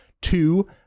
two